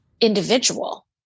individual